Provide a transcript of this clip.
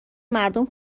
مردم